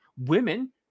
Women